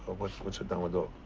ah what's what's a downward dog?